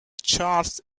charles